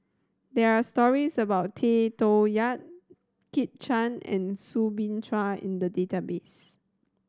there are stories about Tay Toh Yat Kit Chan and Soo Bin Chua in the database